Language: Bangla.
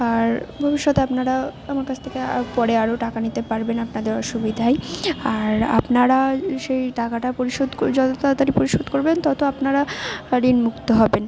আর ভবিষ্যতে আপনারাও আমার কাছ থেকে পরে আরও টাকা নিতে পারবেন আপনাদের অসুবিধায় আর আপনারা সেই টাকাটা পরিশোধ করে যত তাড়াতাড়ি পরিশোধ করবেন ততো আপনারা ঋণ মুক্ত হবেন